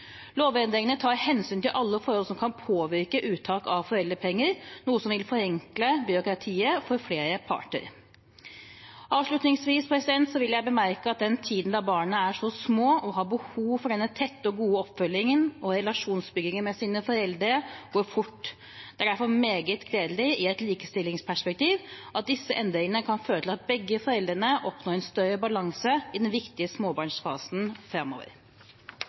Lovendringene tar hensyn til alle forhold som kan påvirke uttak av foreldrepenger, noe som vil forenkle byråkratiet for flere parter. Avslutningsvis vil jeg bemerke at den tiden når barna er så små og har behov for denne tette og gode oppfølgingen og relasjonsbyggingen med sine foreldre, går fort. Det er derfor meget gledelig, i et likestillingsperspektiv, at disse endringene kan føre til at begge foreldrene oppnår en større balanse i den viktige småbarnsfasen.